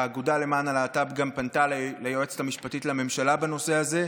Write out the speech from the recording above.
האגודה למען הלהט"ב גם פנתה ליועצת המשפטית לממשלה בנושא הזה,